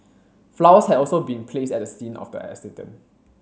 flowers had also been placed at the scene of the accident